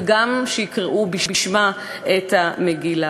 וגם שיקראו בשמה את המגילה.